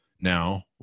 now